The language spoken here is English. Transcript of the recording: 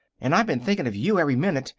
and i been thinking of you every minute.